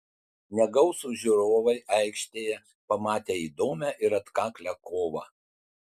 negausūs žiūrovai aikštėje pamatė įdomią ir atkaklią kovą